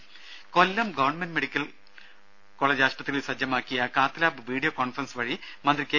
ദ്ദേ Kollam government medical college ആശുപത്രിയിൽ സജ്ജമാക്കിയ കാത്ത് ലാബ് വീഡിയോ കോൺഫറൻസ് വഴി മന്ത്രി കെ